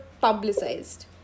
publicized